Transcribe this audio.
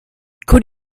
could